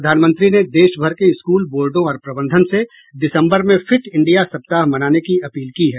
प्रधानमंत्री ने देश भर के स्कूल बोर्डो और प्रबंधन से दिसम्बर में फिट इंडिया सप्ताह मनाने की अपील की है